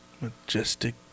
majestic